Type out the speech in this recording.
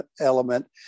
element